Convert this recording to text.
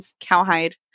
cowhide